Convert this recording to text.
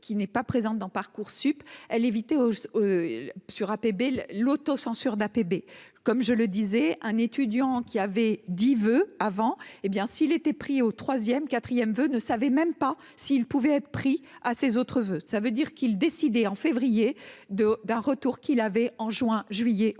qui n'est pas présente dans Parcoursup elle éviter sur APB l'autocensure d'APB, comme je le disais, un étudiant qui avait dit veut avant, hé bien, s'il était pris au 3ème 4ème veut ne savait même pas s'il pouvait être pris à ses autres veut ça veut dire qu'il décidé en février de d'un retour qu'il l'avait, en juin, juillet, août,